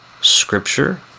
scripture